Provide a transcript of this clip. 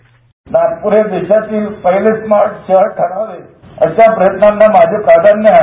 bite Nagpur हे देशाचे पहिले स्मार्ट शहर ठरावे अशा प्रयत्नांना माझे प्राधान्य आहे